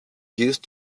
used